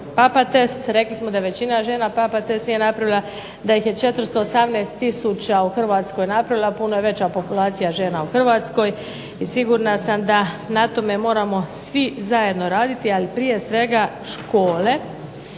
papa test. Rekli smo da većina žena papa test nije napravila, da ih je 418 tisuća u Hrvatskoj napravila, a puno je veća populacija žena u Hrvatskoj, i sigurna sam da na tome moramo svi zajedno raditi, ali prije svega škole.